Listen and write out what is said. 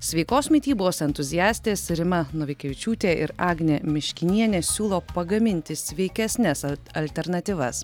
sveikos mitybos entuziastės rima novikevičiūtė ir agnė miškinienė siūlo pagaminti sveikesnes alternatyvas